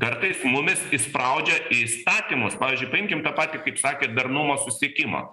kartais mumis įspraudžia į įstatymus pavyzdžiui paimkim tą patį kaip sakėt darnumo susisiekimą